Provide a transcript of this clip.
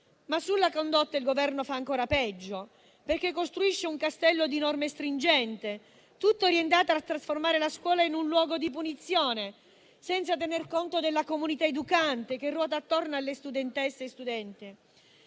Sulla condotta però il Governo fa ancora peggio, perché costruisce un castello di norme stringente, tutto orientato a trasformare la scuola in un luogo di punizione, senza tener conto della comunità educante, che ruota attorno alle studentesse e agli studenti.